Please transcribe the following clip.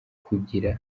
kugira